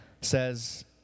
says